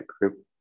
group